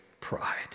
pride